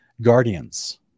guardians